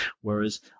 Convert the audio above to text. whereas